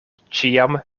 ĉiam